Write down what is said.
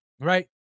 right